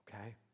Okay